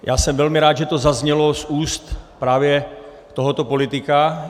Já jsem velmi rád, že to zaznělo z úst právě tohoto politika.